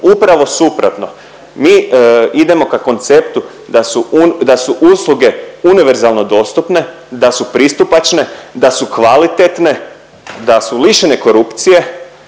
upravo suprotno. Mi idemo k konceptu da su uni… da su usluge univerzalno dostupne, da su pristupačne, da su kvalitetne, da su lišene korupcije